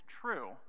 true